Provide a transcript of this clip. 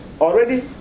already